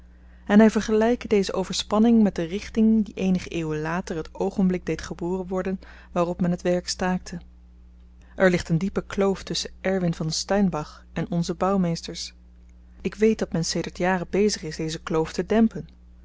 en hy vergelyke deze overspanning met de richting die eenige eeuwen later het oogenblik deed geboren worden waarop men t werk staakte er ligt een diepe kloof tusschen erwin van steinbach en onze bouwmeesters ik weet dat men sedert jaren bezig is deze kloof te dempen